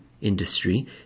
industry